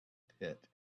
pit